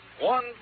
One